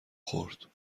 خورد